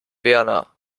werner